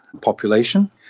population